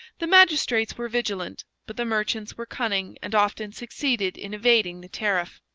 the magistrates were vigilant, but the merchants were cunning and often succeeded in evading the tariff.